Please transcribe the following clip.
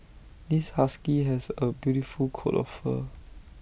this husky has A beautiful coat of fur